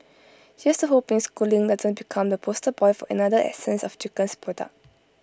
here's to hoping schooling doesn't become the poster boy for another essence of chickens product